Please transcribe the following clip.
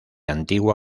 antigua